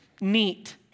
Neat